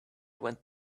went